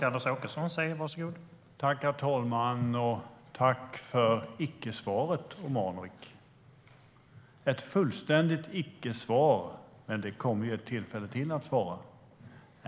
Herr talman! Tack för icke-svaret, Omanovic! Det var ett fullständigt icke-svar, men det kommer ännu ett tillfälle att svara.